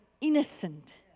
innocent